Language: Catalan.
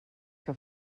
que